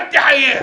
אל תחייך,